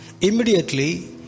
immediately